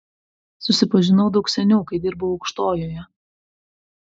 susipažinau daug seniau kai dirbau aukštojoje